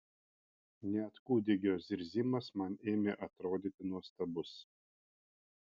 net kūdikio zirzimas man ėmė atrodyti nuostabus